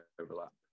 overlap